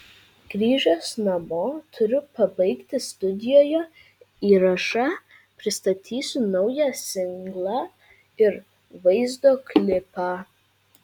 grįžęs namo turiu pabaigti studijoje įrašą pristatysiu naują singlą ir vaizdo klipą